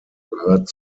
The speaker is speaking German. gehört